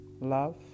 love